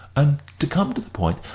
and, to come to the point,